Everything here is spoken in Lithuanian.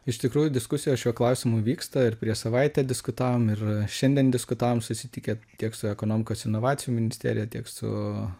iš tikrųjų diskusijos šiuo klausimu vyksta ir prieš savaitę diskutavom ir šiandien diskutavom susitikę tiek su ekonomikos inovacijų ministerija tiek su